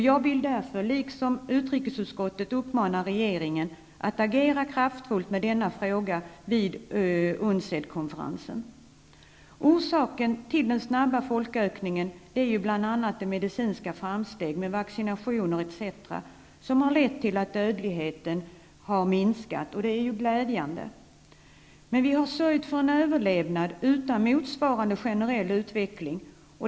Jag vill därför liksom utrikesutskottet uppmana regeringen att agera kraftfullt med denna fråga vid En av orsakerna till den snabba folkökningen är de medicinska framstegen, med bl.a. vaccinationer, som har lett till att dödligheten har minskat. Detta är ju glädjande. Men vi har sörjt för en överlevnad utan motsvarande generell utveckling.